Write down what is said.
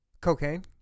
Cocaine